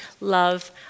love